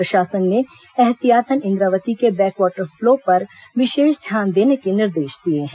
प्रशासन ने एहतियातन इंद्रावती पर बैक वाटर फ्लो पर विशेष ध्यान देने के निर्देश दिए हैं